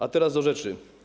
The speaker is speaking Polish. A teraz do rzeczy.